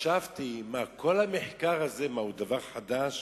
חשבתי, מה, כל המחקר הזה הוא דבר חדש?